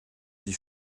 die